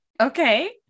Okay